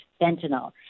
fentanyl